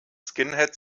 skinhead